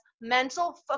mental